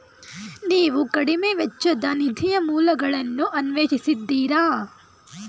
ನೀವು ಕಡಿಮೆ ವೆಚ್ಚದ ನಿಧಿಯ ಮೂಲಗಳನ್ನು ಅನ್ವೇಷಿಸಿದ್ದೀರಾ?